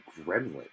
gremlin